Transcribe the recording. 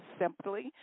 simply